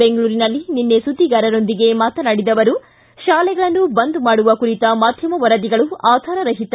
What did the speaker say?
ಬೆಂಗಳೂರಿನಲ್ಲಿ ನಿನ್ನೆ ಸುದ್ದಿಗಾರರೊಂದಿಗೆ ಮಾತನಾಡಿದ ಅವರು ಶಾಲೆಗಳ ಬಂದ್ ಕುರಿತ ಮಾಧ್ಯಮ ವರದಿಗಳು ಆಧಾರ ರಹಿತ